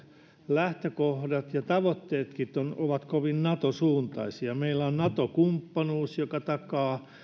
lähtökohdat ja tavoitteetkin ovat kovin nato suuntaisia meillä on nato kumppanuus joka takaa